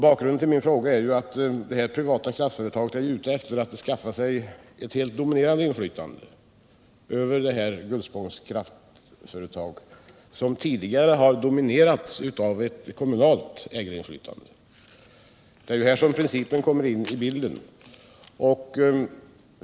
Bakgrunden till min fråga är att det privatägda kraftföretaget är ute efter att skaffa sig ett helt avgörande inflytande över Gullspångs Kraftaktiebolag, vilket tidigare har dominerats av ett kommunalt ägarintresse. Här kommer således principerna i förvärvstillståndslagen in i bilden.